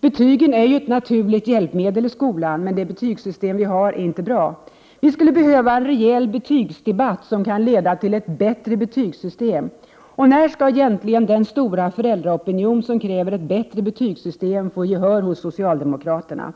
Betygen är ett naturligt hjälpmedel i skolan, men det betygssystem vi har är inte bra. Vi skulle behöva en rejäl betygsdebatt, som kan leda till ett bättre betygssystem. När skall egentligen den stora föräldraopinion som kräver ett bättre betygssystem få gehör hos socialdemokraterna?